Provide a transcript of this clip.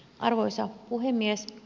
arvoisa puhemies